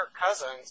Cousins